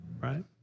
right